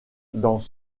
dans